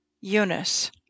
Eunice